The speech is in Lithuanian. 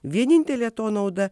vienintelė to nauda